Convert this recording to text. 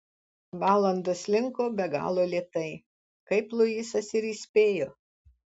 valandos slinko be galo lėtai kaip luisas ir įspėjo